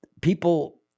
people